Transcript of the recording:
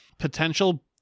potential